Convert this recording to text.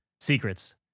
secrets